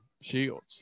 Shields